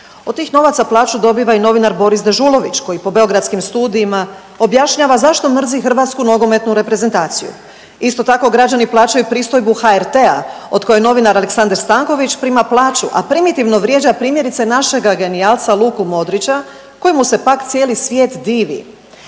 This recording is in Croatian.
Od tih novaca plaću dobiva i novinar Boris Dežulović koji po beogradskim studijima objašnjava zašto mrzi Hrvatsku nogometnu reprezentaciju. Isto tako građani plaćaju pristojbu HRT-a od koje novinar Aleksandar Stanković prima plaću, a primitivno vrijeđa primjerice našega genijalca Luku Modrića kojemu se pak cijeli svijet divi.